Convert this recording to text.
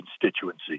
constituency